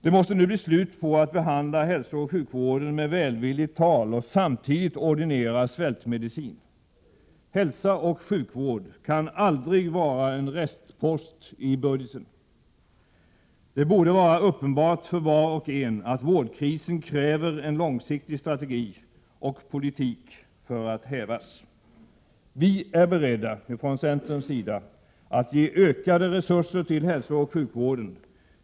Det måste nu bli slut på att behandla hälsooch sjukvården med välvilligt tal och samtidigt ordinera svältmedicin. Hälsooch sjukvård kan aldrig vara en restpost i budgeten. Det borde vara uppenbart för var och en att vårdkrisen kräver en långsiktig strategi och politik för att hävas. Vi är beredda från centerns sida att ge ökade resurser till hälsooch sjukvården.